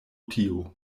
tio